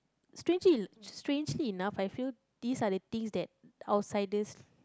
strangely strangely enough I feel this are the things that outsiders